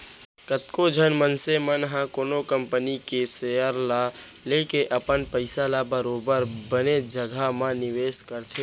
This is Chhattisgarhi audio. कतको झन मनसे मन ह कोनो कंपनी के सेयर ल लेके अपन पइसा ल बरोबर बने जघा म निवेस करथे